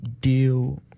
deal